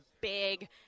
big